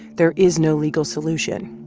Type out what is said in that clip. there is no legal solution.